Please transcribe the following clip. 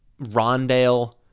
Rondale